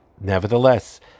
nevertheless